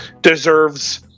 deserves